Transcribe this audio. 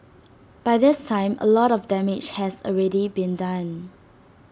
by this time A lot of damage has already been done